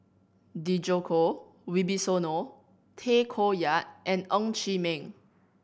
Djoko Wibisono Tay Koh Yat and Ng Chee Meng